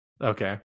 Okay